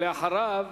אחריו,